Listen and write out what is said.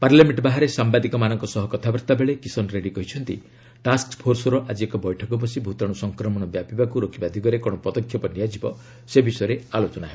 parliament ବାହାରେ ସାମ୍ବାଦିକମାନଙ୍କ ସହ କଥାବାର୍ତ୍ତା ବେଳେ କିଶନ ରେଡ଼ୀ କହିଛନ୍ତି ଟାସ୍କଫୋର୍ସର ଆଜି ଏକ ବୈଠକ ବସି ଭ୍ତାଣ୍ର ସଂକ୍ରମଣ ବ୍ୟାପିବାକୃ ରୋକିବା ଦିଗରେ କ'ଣ ପଦକ୍ଷେପ ନିଆଯିବ ସେ ବିଷୟରେ ଆଲୋଚନା ହେବ